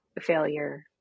failure